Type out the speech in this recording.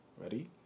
Ready